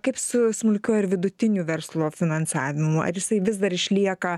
kaip su smulkiuoju ir vidutiniu verslo finansavimu ar jisai vis dar išlieka